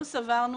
אנחנו סברנו